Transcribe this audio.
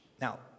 Now